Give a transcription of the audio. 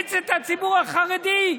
משמיץ את הציבור החרדי,